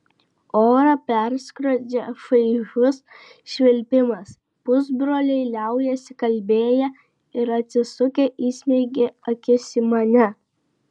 orą perskrodžia šaižus švilpimas pusbroliai liaujasi kalbėję ir atsisukę įsmeigia akis į mane